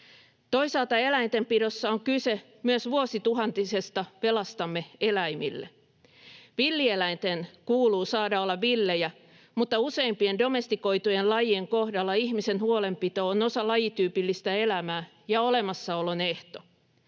Toisaalta eläintenpidossa on kyse myös vuosituhantisesta velastamme eläimille. Villieläinten kuuluu saada olla villejä, mutta useimpien domestikoitujen lajien kohdalla ihmisen huolenpito on osa lajityypillistä elämää ja olemassaolon ehto.